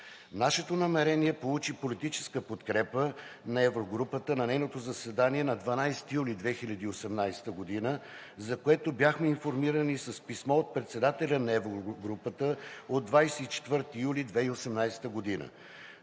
Нашето намерение получи политическа подкрепа на Еврогрупата на нейното заседание на 12 юли 2018 г., за което бяхме информирани с писмо от председателя на Еврогрупата от 24 юли 2018 г.